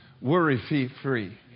Worry-free